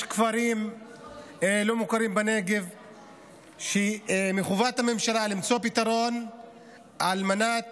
יש כפרים לא מוכרים בנגב שמחובת הממשלה למצוא פתרון על מנת